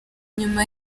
nyuma